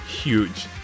huge